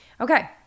Okay